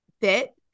fit